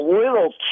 little